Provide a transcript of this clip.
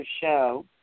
show